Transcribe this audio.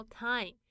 time